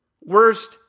worst